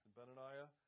Benaniah